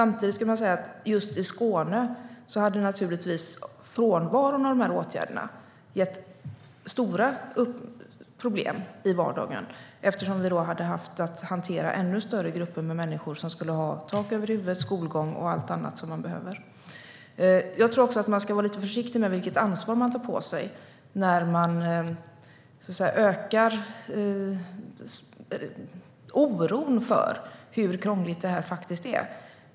Men just i Skåne hade naturligtvis frånvaron av de här åtgärderna gett stora problem i vardagen, eftersom vi då hade haft att hantera ännu större grupper av människor som skulle ha behövt tak över huvudet, skolgång och allt annat som man behöver. Jag tror också att man ska vara lite försiktig med vilket ansvar man tar på sig när man ökar oron för hur krångligt det här är.